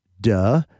Duh